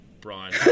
Brian